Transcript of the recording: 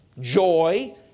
joy